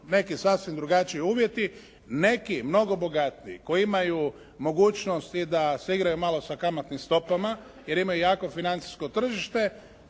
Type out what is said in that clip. neki sasvim drugačiji uvjeti, neki mnogo bogatiji koji imaju mogućnosti da se igraju malo sa kamatnim stopama jer imaju jako financijsko tržište,